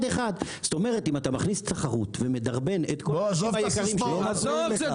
זאת אומרת אם אתה מכניס תחרות ומדרבן --- עזוב את הסיסמאות.